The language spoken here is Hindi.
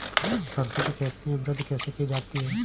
सरसो की खेती में वृद्धि कैसे की जाती है?